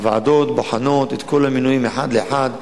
הוועדות בוחנות את כל המינויים אחד לאחד,